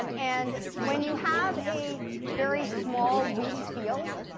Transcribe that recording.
um and when you have a very small, weak field,